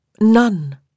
None